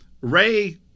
Ray